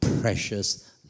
precious